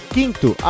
Quinto